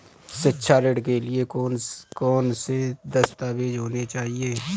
शिक्षा ऋण के लिए कौन कौन से दस्तावेज होने चाहिए?